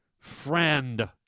friend